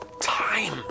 Time